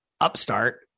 Upstart